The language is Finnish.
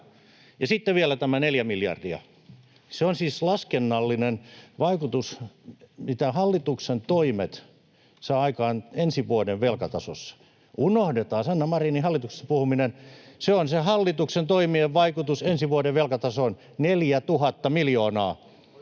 sitten vielä tämä neljä miljardia: Se on siis laskennallinen vaikutus, mitä hallituksen toimet saavat aikaan ensi vuoden velkatasossa. Unohdetaan Sanna Marinin hallituksesta puhuminen. Se on se hallituksen toimien vaikutus ensi vuoden velkatasoon, 4 000 miljoonaa.